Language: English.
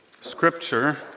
scripture